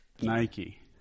Nike